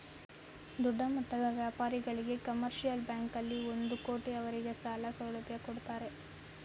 ದೊಡ್ಡಮಟ್ಟದ ವ್ಯಾಪಾರಿಗಳಿಗೆ ಕಮರ್ಷಿಯಲ್ ಬ್ಯಾಂಕಲ್ಲಿ ಒಂದು ಕೋಟಿ ಅವರಿಗೆ ಸಾಲ ಸೌಲಭ್ಯ ಕೊಡ್ತಾರೆ